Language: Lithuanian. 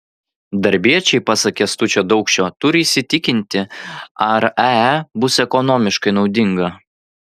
darbiečiai pasak kęstučio daukšio turi įsitikinti ar ae bus ekonomiškai naudinga